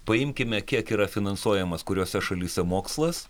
paimkime kiek yra finansuojamas kuriose šalyse mokslas